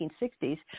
1960s